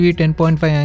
10.5